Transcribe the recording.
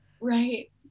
right